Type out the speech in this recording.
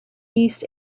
east